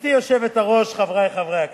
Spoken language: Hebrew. גברתי היושבת-ראש, חברי חברי הכנסת,